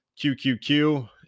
QQQ